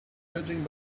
judging